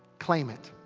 claim it.